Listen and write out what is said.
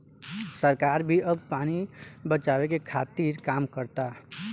सरकार भी अब पानी बचावे के खातिर काम करता